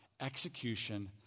execution